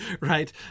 right